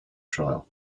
trial